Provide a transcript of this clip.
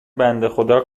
بندهخدا